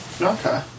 Okay